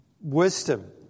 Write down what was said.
wisdom